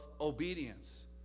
obedience